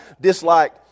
dislike